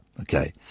okay